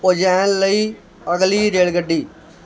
ਉਜੈਨ ਲਈ ਅਗਲੀ ਰੇਲਗੱਡੀ